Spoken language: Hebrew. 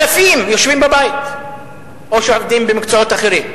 אלפים, שיושבים בבית או שעובדים במקצועות אחרים.